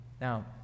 Now